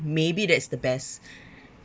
maybe that's the best